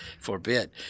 forbid